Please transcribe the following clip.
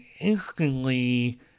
instantly